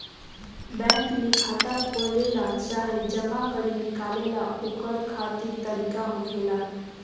bank में खाता खोलेला चाहे जमा करे निकाले ला ओकर तरीका होखेला